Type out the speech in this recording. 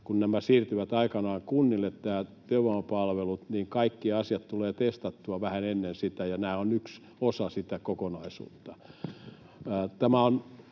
siirtyvät aikanaan kunnille, niin kaikki asiat tulevat testattua vähän ennen sitä, ja nämä ovat yksi osa sitä kokonaisuutta. Tämä on